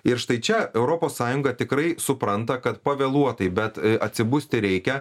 ir štai čia europos sąjunga tikrai supranta kad pavėluotai bet atsibusti reikia